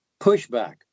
pushback